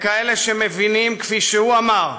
לכאלה שמבינים, כפי שהוא אמר,